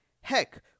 heck